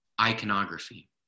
iconography